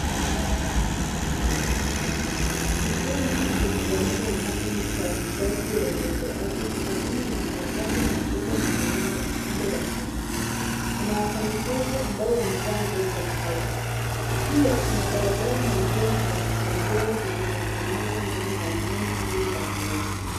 Kituo hiki cha kuzalisha umeme ni cha nishati ya jotoardhi kutokoana na mabomba makubwa na miundo ya chuma. Kuna wanafanyikazi ambao wamevaa nguo za kazi . Pia, kuna barabara na njia za kutembea zilizotengenezwa ndani ya eneo hilo la viwnada.